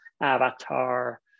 avatar